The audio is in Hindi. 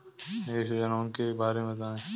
निवेश योजनाओं के बारे में बताएँ?